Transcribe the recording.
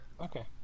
okay